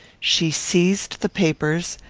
she seized the papers,